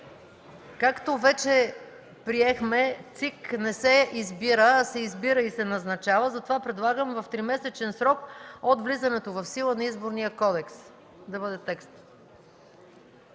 Както вече приехме, ЦИК не се избира, а се избира и се назначава. Затова предлагам – в 3-месечен срок от влизането в сила на Изборния кодекс, да бъде текстът.